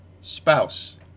spouse